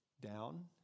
down